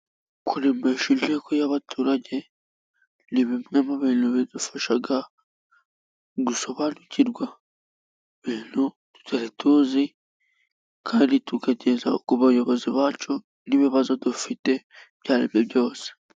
Kuremesha inteko y'abaturage ni bimwe mu bintu bidufasha gusobanukirwa ibintu tutari tuzi, kandi tukageza ku bayobozi bacu n'ibibazo dufite, ibyo ari byo byose.